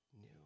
new